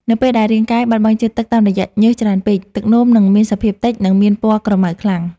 នៅពេលដែលរាងកាយបាត់បង់ជាតិទឹកតាមរយៈញើសច្រើនពេក ទឹកនោមនឹងមានសភាពតិច និងមានពណ៌ក្រមៅខ្លាំង។